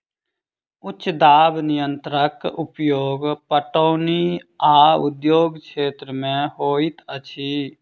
उच्च दाब यंत्रक उपयोग पटौनी आ उद्योग क्षेत्र में होइत अछि